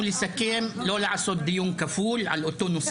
לסכם לא לעשות דיון כפול על אותו נושא.